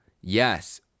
Yes